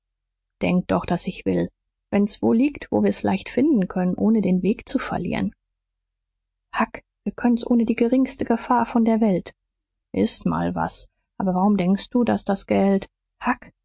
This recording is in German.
denk doch daß ich will wenn's wo liegt wo wir's leicht finden können ohne den weg zu verlieren huck wir können's ohne die geringste gefahr von der welt ist mal was aber warum denkst du daß das geld huck